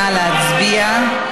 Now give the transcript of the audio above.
נא להצביע.